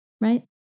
right